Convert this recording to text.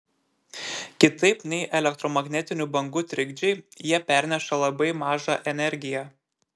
kitaip nei elektromagnetinių bangų trikdžiai jie perneša labai mažą energiją